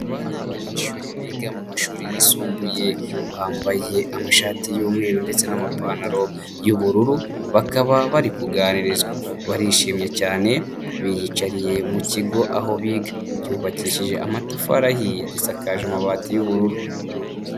Aba ni abanyeshuri biga mu mumashuri yisumbuye, bambaye amashati y'umweru ndetse n'amapantaro y'ubururu, bakaba bari kuganirizwa. Barishimye cyane, biyicariye mu kigo aho biga. Cyubakishije amatafari ahiye, gisakaje amabati y'ubururu.